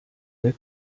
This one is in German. der